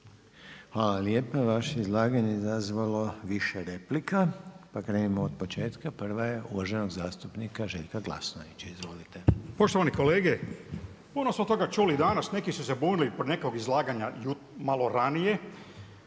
Hvala lijepa. Vaše je izlaganje je izazvalo više replika. Pa krenimo od početka. Prva je uvaženog zastupnika Željka Glasovića. Izvolite. **Glasnović, Željko (Nezavisni)** Poštovani kolege, puno smo toga čuli danas, neki su se bunili kod nekog izlaganja malo ranije.